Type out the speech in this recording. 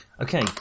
Okay